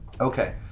Okay